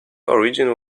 origin